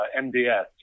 MDS